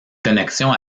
connexions